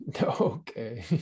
okay